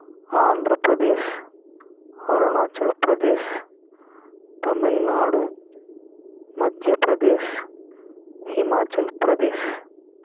Andhra Pradesh Arunachal Pradesh Tamil Nadu Madhya Pradesh Himachal Pradesh